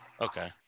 Okay